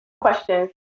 Questions